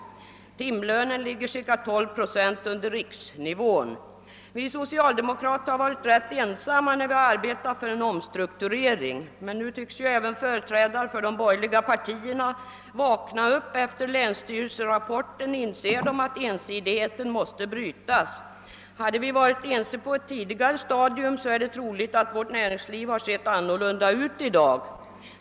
Timlönen ligger cirka 12 procent under riksnivån. Vi socialdemokrater har varit rätt ensamma när vi arbetat för en omstrukturering, men nu tycks även företrädare för de borgerliga partierna vakna upp. Efter länsstyrelserapporten inser de att ensidigheten måste brytas. Hade vi varit ense på ett tidigare stadium är det troligt att vårt näringsliv sett annorlunda ut i dag.